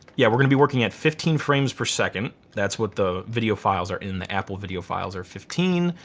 yeah we're gonna be working at fifteen frames per second. that's what the video files are in the apple video files are fifteen.